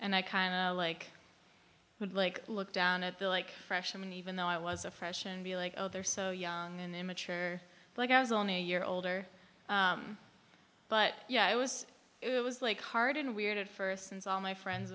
and i kind of like i would like to look down at the like freshman even though i was a freshman be like oh they're so young and immature like i was only a year older but yeah i was it was like hard and weird at first since all my friends